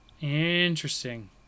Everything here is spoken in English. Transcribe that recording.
Interesting